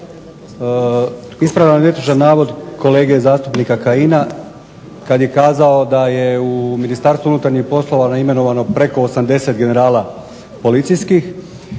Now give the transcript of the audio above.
Ispravljam netočan navod kolege zastupnika Kajina kad je kazao da je u Ministarstvu unutarnjih poslova imenovano preko 80 generala policijskih.